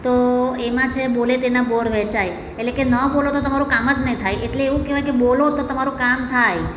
તો એમાં છે બોલે તેના બોર વેચાય એટલે કે ન બોલો તો તમારું કામ જ નહીં થાય એટલે એવું કહેવાય બોલો તો તમારું કામ થાય